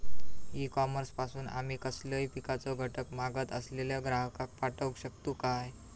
E commerce पासून आमी कसलोय पिकाचो घटक मागत असलेल्या ग्राहकाक पाठउक शकतू काय?